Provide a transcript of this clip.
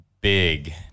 big